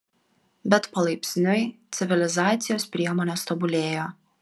bet palaipsniui civilizacijos priemonės tobulėjo